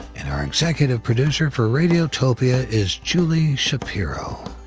and our executive producer for radiotopia is julie shapiro.